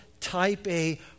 type-A